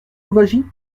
louwagie